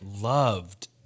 loved